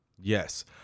Yes